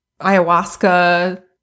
ayahuasca